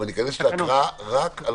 אבל ניכנס להקראה רק על